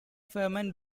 fermat